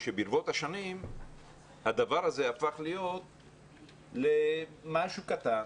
ברבות השנים הדבר הזה הפך להיות למשהו קטן